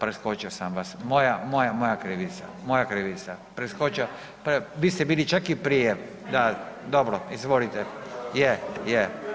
Preskočio sam vas, moja krivica, moja, moja krivica, preskočio, vi ste bili čak i prije, da, dobro, izvolite, je, je.